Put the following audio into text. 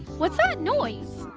what's that noise?